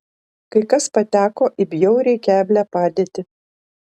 kai kas pateko į bjauriai keblią padėtį